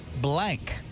blank